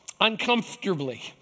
uncomfortably